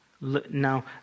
now